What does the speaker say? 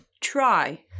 Try